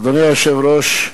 אדוני היושב-ראש,